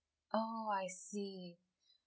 orh I see